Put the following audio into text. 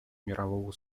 мирового